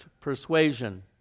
persuasion